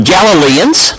Galileans